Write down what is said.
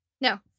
No